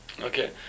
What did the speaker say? Okay